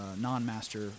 non-master